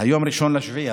הרי היום 1 ביולי.